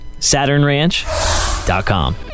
SaturnRanch.com